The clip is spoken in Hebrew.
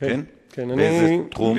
באיזה תחום?